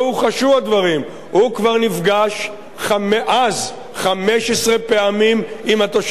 כי הוא כבר נפגש אז 15 פעמים עם התושבים כדי לשמוע